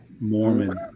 Mormon